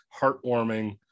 heartwarming